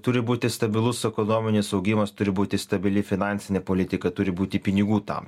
turi būti stabilus ekonominis augimas turi būti stabili finansinė politika turi būti pinigų tam